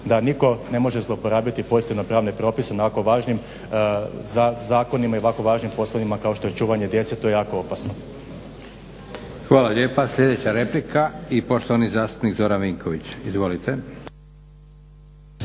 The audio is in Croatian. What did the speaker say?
da nitko ne može zlouporabiti pozitivne pravne propise naoko važnim zakonima i o ovako važnim poslovima kao što je čuvanje djece. To je jako opasno. **Leko, Josip (SDP)** Hvala lijepa. Sljedeća replika i poštovani zastupnik Zoran Vinković. Izvolite.